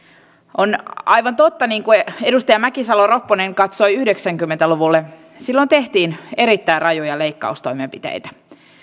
on aivan totta kun edustaja mäkisalo ropponen katsoi yhdeksänkymmentä luvulle että silloin tehtiin erittäin rajuja leikkaustoimenpiteitä